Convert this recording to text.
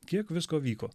kiek visko vyko